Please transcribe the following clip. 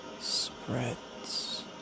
spreads